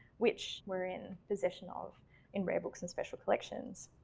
which we're in possession of in rare books and special collections.